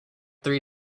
three